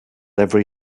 every